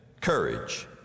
courage